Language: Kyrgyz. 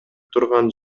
турган